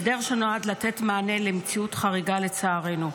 הסדר שנועד לתת מענה למציאות חריגה, לצערנו.